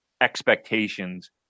expectations